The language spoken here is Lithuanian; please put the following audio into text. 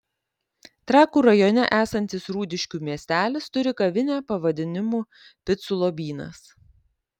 trakų rajone esantis rūdiškių miestelis turi kavinę pavadinimu picų lobynas